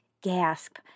gasp